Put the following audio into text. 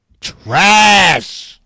trash